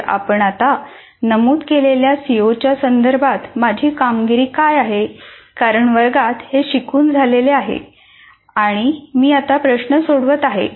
जेथे आपण आता नमूद केलेल्या सीओच्या संदर्भात माझी कामगिरी काय आहे कारण वर्गात हे शिकून झालेले आहे आणि मी आता प्रश्न सोडवत आहे